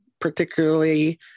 particularly